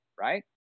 right